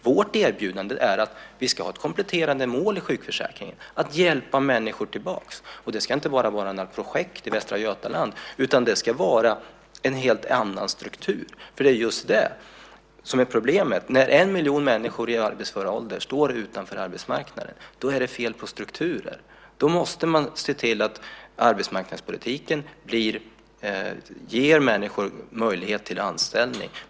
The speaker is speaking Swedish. Vårt erbjudande innebär att vi ska ha ett kompletterande mål i sjukförsäkringen för att hjälpa människor tillbaka. Och då ska det inte bara vara fråga om några projekt i Västra Götaland, utan det ska finnas en helt annan struktur, för det är där problemet ligger. När en miljon människor i arbetsför ålder står utanför arbetsmarknaden är det fel på strukturen. Man måste därför se till att arbetsmarknadspolitiken ger människor möjlighet till anställning.